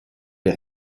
dei